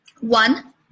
One